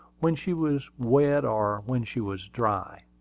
when she was wet or when she was dry.